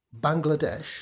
Bangladesh